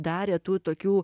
darė tų tokių